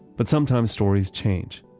but sometimes stories change.